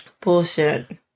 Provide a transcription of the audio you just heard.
Bullshit